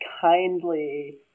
kindly